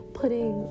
putting